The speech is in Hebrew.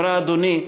היא אמרה: אדוני,